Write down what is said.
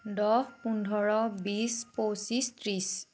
দহ পোন্ধৰ বিশ পঁচিছ ত্ৰিছ